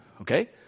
Okay